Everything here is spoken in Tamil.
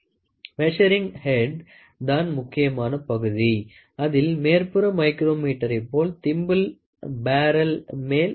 மெசரிங் ஹேட்டு தான் முக்கியமான பகுதி அதில் மேற்புற மைக்ரோமீட்டரைப் போல் திம்பல் பேரல் மேல் நகறும்